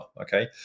okay